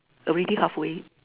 already halfway